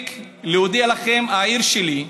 מספיק להודיע לכם שבעיר שלי,